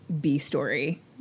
B-story